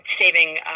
saving